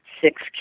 six